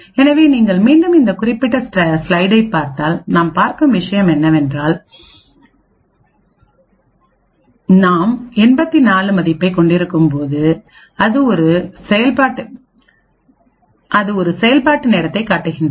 எனவே நீங்கள் மீண்டும் இந்த குறிப்பிட்ட ஸ்லைடைப் பார்த்தால் நாம் பார்க்கும் விஷயம் என்னவென்றால் நாம் 84 மதிப்பைக் கொண்டிருக்கும்போது அது ஒரு செயல்பாட்டு நேரத்தைக் காட்டுகிறது